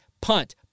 punt